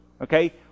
Okay